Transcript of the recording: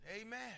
Amen